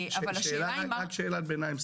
שאלת ביניים: